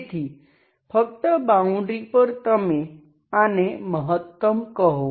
તેથી ફક્ત બાઉન્ડ્રી પર તમે આને મહત્તમ કહો